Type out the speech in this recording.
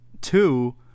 Two